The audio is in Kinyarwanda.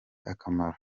akamaro